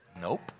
Nope